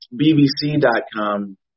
BBC.com